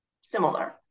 similar